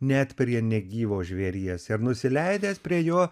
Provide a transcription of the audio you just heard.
net prie negyvo žvėries ir nusileidęs prie jo